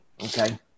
Okay